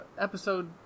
episode